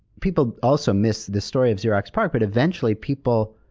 people also missed the story of xerox parc, but eventually people,